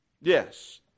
Yes